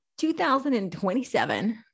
2027